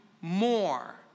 more